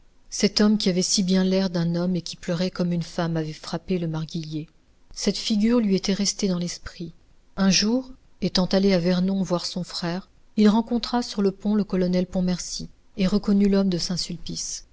cet homme qui avait si bien l'air d'un homme et qui pleurait comme une femme avait frappé le marguillier cette figure lui était restée dans l'esprit un jour étant allé à vernon voir son frère il rencontra sur le pont le colonel pontmercy et reconnut l'homme de saint-sulpice